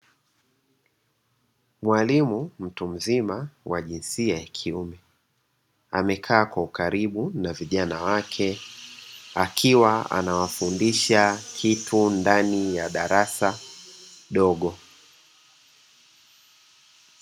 Mwalimu mtu mzima wa jinsia ya kiume, amekaa kwa ukaribu na vijana wake, akiwa anawafundisha kitu ndani ya darasa dogo.